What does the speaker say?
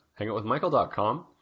hangoutwithmichael.com